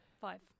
Five